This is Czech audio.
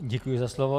Děkuji za slovo.